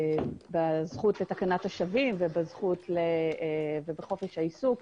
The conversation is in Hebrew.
בזכות לתקנת השבים ובזכות לחופש העיסוק,